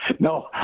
No